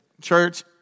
church